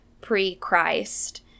pre-Christ